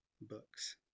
books